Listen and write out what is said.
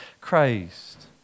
Christ